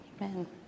Amen